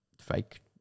fake